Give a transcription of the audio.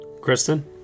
Kristen